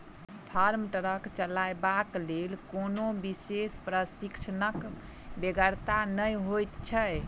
farm truck चलयबाक लेल कोनो विशेष प्रशिक्षणक बेगरता नै होइत छै